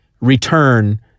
return